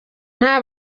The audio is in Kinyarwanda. nta